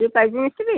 ଯଉ ପାଇପ୍ ମିସ୍ତ୍ରୀ